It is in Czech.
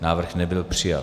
Návrh nebyl přijat.